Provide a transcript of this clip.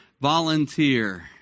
volunteer